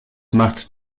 macht